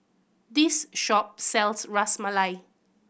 this shop sells Ras Malai